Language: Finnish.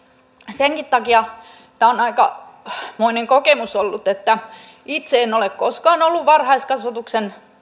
senkin takia tämä on aikamoinen kokemus ollut että itse en ole koskaan ollut varhaiskasvatuksen